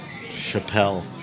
Chappelle